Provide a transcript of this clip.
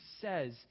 says